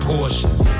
Porsches